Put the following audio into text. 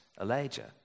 Elijah